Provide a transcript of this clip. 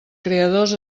creadors